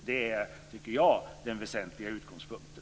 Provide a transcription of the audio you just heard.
Det är, tycker jag, den väsentliga utgångspunkten.